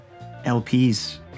LPs